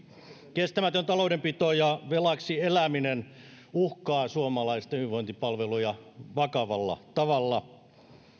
kestämätön taloudenpito ja velaksi eläminen uhkaa suomalaisten hyvinvointipalveluja vakavalla tavalla